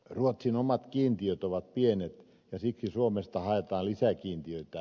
ruotsin omat kiintiöt ovat pienet ja siksi suomesta haetaan lisäkiintiöitä